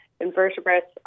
invertebrates